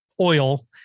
oil